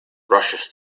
rushes